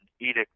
edict